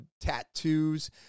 tattoos